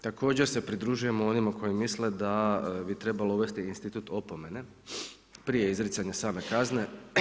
Također se pridružujemo onima koji misle da bi trebalo uvesti institut opomene prije izricanja same kazne.